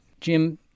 Jim